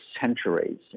centuries